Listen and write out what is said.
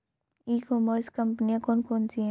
ई commerce कंपनियाँ कौन कौन सी हैं?